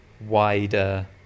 wider